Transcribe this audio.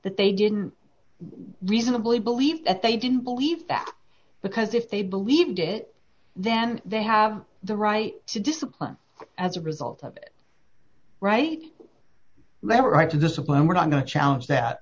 that they didn't reasonably believe that they didn't believe that because if they believed it then they have the right to discipline as a result of it right leverage to discipline we're not going to challenge that